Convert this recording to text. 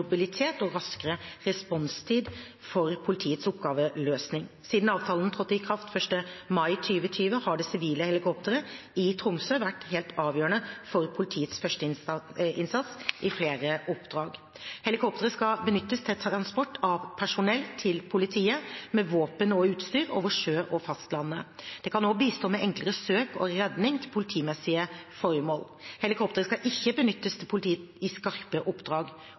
og raskere responstid for politiets oppgaveløsning. Siden avtalen trådte i kraft 1. mai i 2020, har det sivile helikopteret i Tromsø vært helt avgjørende for politiets førsteinnsats i flere oppdrag. Helikopteret skal benyttes til transport av personell til politiet, med våpen og utstyr, over sjø og fastland. Det kan også bistå med enklere søk og redning til politimessige formål. Helikopteret skal ikke benyttes av politiet i skarpe oppdrag.